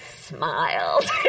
smiled